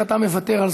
אנחנו עוברים,